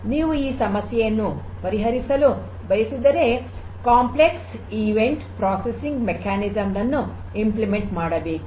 ಆದ್ದರಿಂದ ನೀವು ಈ ಸಮಸ್ಯೆಯನ್ನು ಪರಿಹರಿಸಲು ಬಯಸಿದರೆ ಸಂಕೀರ್ಣ ಈವೆಂಟ್ ಪ್ರೊಸೆಸಿಂಗ್ ಕಾರ್ಯವಿಧಾನವನ್ನು ಅನುಷ್ಠಾನ ಮಾಡಬೇಕು